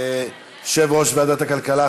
יושב-ראש ועדת הכלכלה,